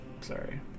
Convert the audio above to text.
sorry